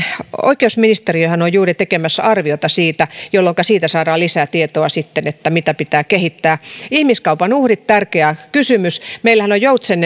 oikeusministeriöhän on juuri tekemässä arviota siitä jolloinka saadaan lisätietoa sitten siitä mitä pitää kehittää ihmiskaupan uhrit tärkeä kysymys meillähän on